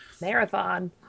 Marathon